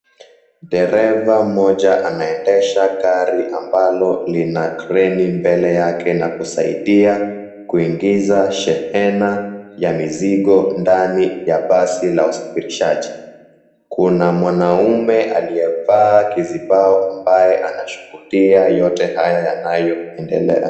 Dereva mmoja anaendesha gari ambalo lina kreni mbele yake na kusaidia kuingiza shehena ya mizigo ndani ya basi la usafirishaji, kuna mwanaume aliyevaa kizibao ambaye anashuhudia yote haya ambayo yanaendelea.